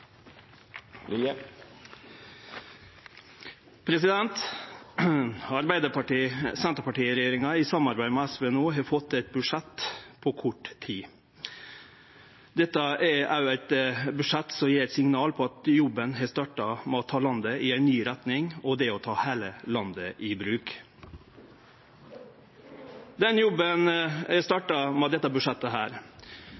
i samarbeid med SV har no fått til eit budsjett på kort tid. Dette er òg eit budsjett som gjev eit signal om at jobben har starta med å ta landet i ei ny retning og å ta heile landet i bruk. Den jobben